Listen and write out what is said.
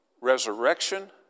resurrection